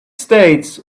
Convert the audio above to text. states